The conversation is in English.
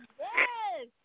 yes